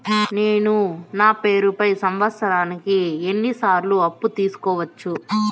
నేను నా పేరుపై సంవత్సరానికి ఎన్ని సార్లు అప్పు తీసుకోవచ్చు?